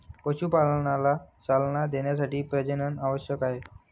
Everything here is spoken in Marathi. पशुपालनाला चालना देण्यासाठी प्रजनन आवश्यक आहे